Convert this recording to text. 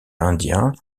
indien